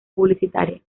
publicitaria